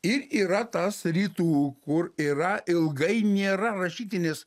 ir yra tas rytų kur yra ilgai nėra rašytinės